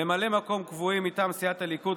ממלאי מקום קבועים מטעם סיעת הליכוד: